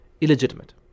illegitimate